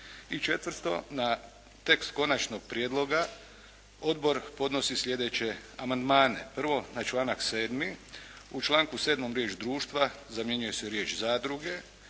I četvrto, na tekst konačnog prijedloga odbor podnosi slijedeće amandmane. Prvo, na članak 7. U članku 7. riječ: "društva" zamjenjuje se riječju: "zadruge".